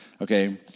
Okay